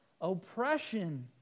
oppression